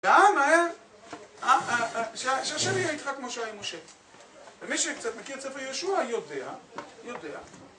ואל מהר שהשני יהיה איתך כמו שהיה עם משה, ומי שקצת מכיר את ספר יהושע יודע יודע